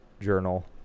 journal